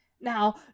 Now